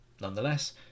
Nonetheless